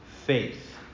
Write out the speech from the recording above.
Faith